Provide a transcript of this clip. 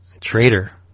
Traitor